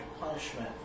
punishment